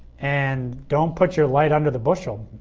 and don't put your light under the bushel.